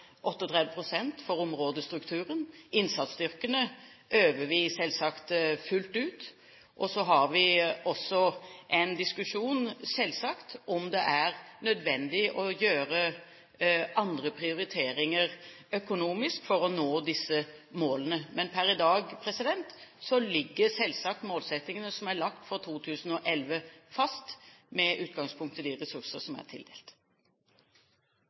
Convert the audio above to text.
for områdestrukturen. Innsatsstyrkene øver vi selvsagt fullt ut. Så har vi også en diskusjon, selvsagt, om hvorvidt det er nødvendig å gjøre andre prioriteringer økonomisk for å nå disse målene, men per i dag ligger målsettingene som er lagt for 2011, fast, med utgangspunkt i de ressurser som er tildelt.